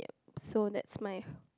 so that's my